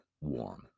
warm